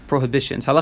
Prohibitions